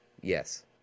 Yes